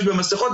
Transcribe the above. להשתמש במסכות,